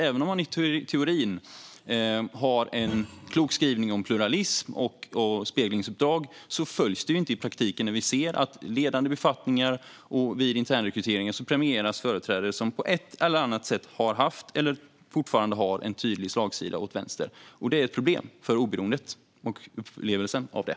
Även om man i teorin har en klok skrivning om pluralism och speglingsuppdrag följs den inte i praktiken. Vi ser att på ledande befattningar och vid internrekryteringar premieras företrädare som på ett eller annat sätt har eller har haft en tydlig slagsida åt vänster. Det är ett problem för oberoendet och upplevelsen av det.